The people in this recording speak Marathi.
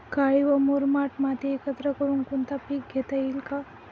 काळी व मुरमाड माती एकत्रित करुन कोणते पीक घेता येईल का?